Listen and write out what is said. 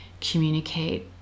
communicate